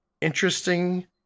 interesting